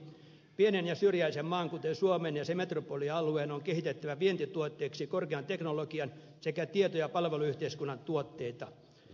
pienen ja syrjäisen maan kuten suomen ja sen metropolialueen on kehitettävä vientituotteiksi korkean teknologian sekä tieto ja palveluyhteiskunnan tuotteita